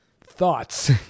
Thoughts